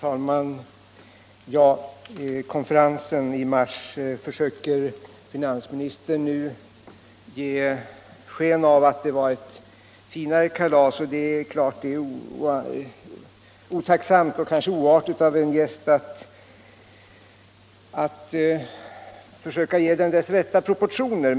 Herr talman! Finansministern försöker ge konferensen i mars sken av att ha varit ett finare kalas. Det är klart att det är otacksamt och kanske oartigt av en gäst att försöka ge den dess rätta proportioner.